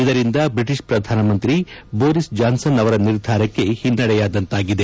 ಇದರಿಂದ ಬ್ರಿಟಿಷ್ ಪ್ರಧಾನಿ Boris Johnson ಅವರ ನಿರ್ಧಾರಕ್ಕೆ ಹಿನ್ನಡೆಯಾದಂತಾಗಿದೆ